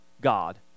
God